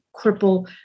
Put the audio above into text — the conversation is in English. cripple